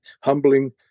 humbling